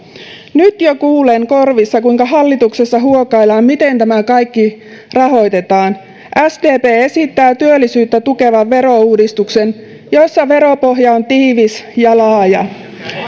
nyt jo kuulen korvissa kuinka hallituksessa huokaillaan miten tämä kaikki rahoitetaan sdp esittää työllisyyttä tukevan verouudistuksen jossa veropohja on tiivis ja laaja